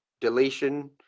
deletion